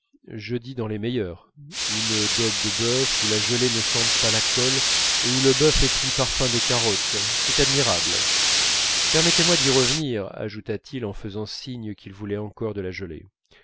je dis dans les meilleurs une daube de bœuf où la gelée ne sente pas la colle et où le bœuf ait pris le parfum des carottes c'est admirable permettez-moi d'y revenir ajouta-t-il en faisant signe qu'il voulait encore de la gelée